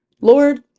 lord